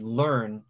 learn